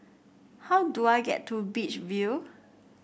how do I get to Beach View